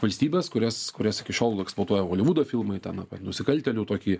valstybes kurias kurias iki šiol eksplotuoja holivudo filmai ten apie nusikaltėlių tokį